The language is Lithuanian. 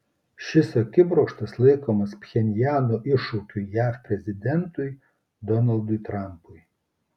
šis akibrokštas laikomas pchenjano iššūkiu jav prezidentui donaldui trampui